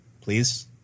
Please